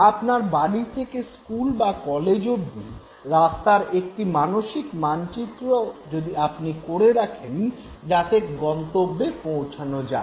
আপনার বাড়ি থেকে স্কুল বা কলেজ অব্দি রাস্তার একটি মানসিক মানচিত্র আপনি করে রাখেন যাতে গন্তব্যে পৌছনো যায়